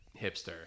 hipster